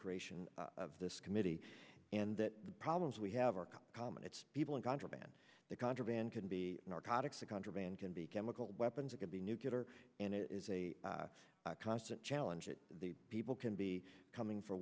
creation of this committee and that the problems we have are common it's people in contraband that contraband can be narcotics a contraband can be chemical weapons or can be nucular and it is a constant challenge that the people can be coming for